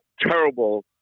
terrible